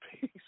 peace